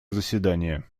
заседания